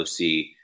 OC